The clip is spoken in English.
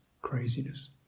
craziness